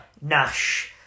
Nash